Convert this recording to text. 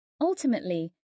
Ultimately